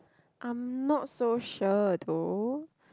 I'm not so sure though